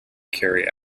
carry